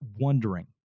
wondering